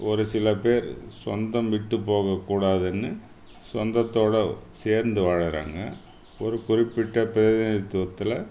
ஒரு சில பேர் சொந்தம் விட்டுப் போகக்கூடாதுன்னு சொந்தத்தோடு சேர்ந்து வாழுகிறாங்க ஒரு குறிப்பிட்ட பிரதிநிதித்துவத்தில்